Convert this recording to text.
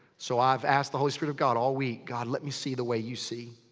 so i've asked the holy spirit of god all week, god, let me see the way you see.